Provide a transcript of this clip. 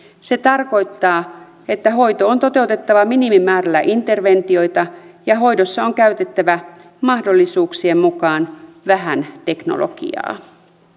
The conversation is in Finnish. se tarkoittaa että hoito on toteutettava minimimäärällä interventioita ja hoidossa on käytettävä mahdollisuuksien mukaan vähän teknologiaa